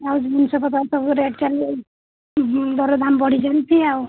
ଆଉ ଜିନିଷ ପତ୍ର ସବୁ ରେଟ୍ ଚାଲି ଦରଦାମ ବଢ଼ି ଚାଲିଛି ଆଉ